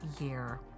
year